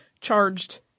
charged